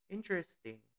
Interesting